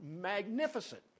magnificent